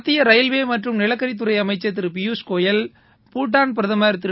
மத்திய ரயில்வே மற்றும் நிலக்கரித்துறை அமைச்சர் திரு பியூஸ் கோயல் பூடான் பிரதமர் திரு